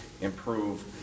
improve